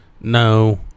no